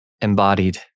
Embodied